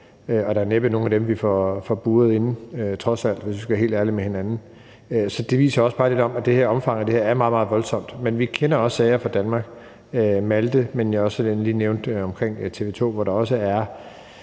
og der er næppe nogen af dem, vi får buret inde, trods alt, hvis vi skal være helt ærlige over for hinanden. Så det viser også bare lidt om, at omfanget af det her er meget, meget voldsomt. Men vi kender også sager fra Danmark, Maltesagen, og jeg nævnte også den fra TV 2, hvor identiteter